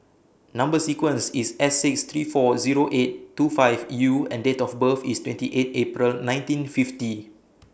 Number sequence IS S six three four Zero eight two five U and Date of birth IS twenty eight April nineteen fifty